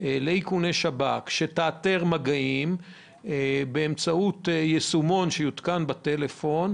לאיכוני שב"כ שתאתר מגעים באמצעות יישומון שיותקן בטלפון,